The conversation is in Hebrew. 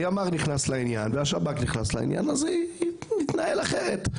הימ"ר והשב"כ נכנסו לעניין אז זה מתנהל אחרת.